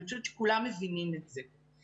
אני חושבת שכולם מבינים את זה.